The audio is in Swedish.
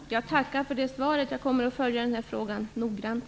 Fru talman! Jag tackar för det svaret. Jag kommer att följa den här frågan noggrant.